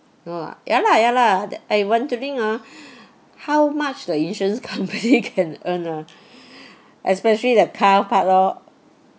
no lah ya lah ya lah tha~ I wondering ah how much the insurance company can earn ah especially the car part lor